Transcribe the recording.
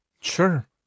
Sure